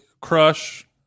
crush